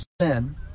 sin